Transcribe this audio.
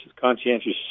conscientious